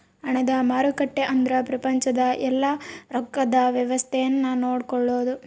ಹಣದ ಮಾರುಕಟ್ಟೆ ಅಂದ್ರ ಪ್ರಪಂಚದ ಯೆಲ್ಲ ರೊಕ್ಕದ್ ವ್ಯವಸ್ತೆ ನ ನೋಡ್ಕೊಳೋದು